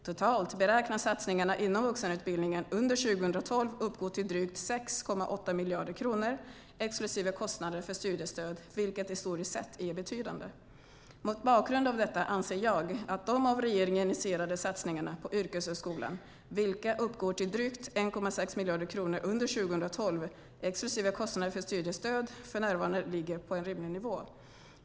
Totalt beräknas satsningarna inom vuxenutbildningen under 2012 uppgå till drygt 6,8 miljarder kronor exklusive kostnader för studiestöd, vilket historiskt sett är betydande. Mot bakgrund av detta anser jag att de av regeringen initierade satsningarna på yrkeshögskolan, vilka uppgår till drygt 1,6 miljarder kronor under 2012 exklusive kostnader för studiestöd, för närvarande ligger på en rimlig nivå.